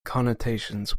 connotations